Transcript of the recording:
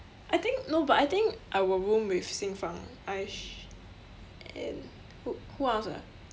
I think no but I think I will room with xin fang aish and who who else ah